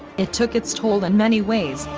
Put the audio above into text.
it took its toll in many ways,